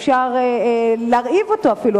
אפשר להרעיב אותו אפילו,